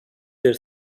their